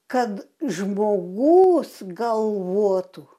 kad žmogus galvotų